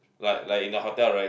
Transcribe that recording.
like like in the hotel right